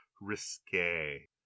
risque